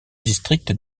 district